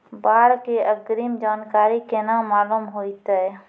बाढ़ के अग्रिम जानकारी केना मालूम होइतै?